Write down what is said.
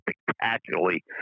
spectacularly